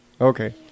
Okay